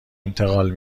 انتقال